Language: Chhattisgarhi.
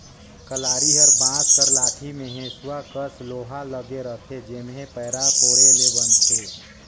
कलारी हर बांस कर लाठी मे हेसुवा कस लोहा लगे रहथे जेम्हे पैरा कोड़े ले बनथे